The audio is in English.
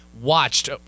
watched